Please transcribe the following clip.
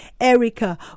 erica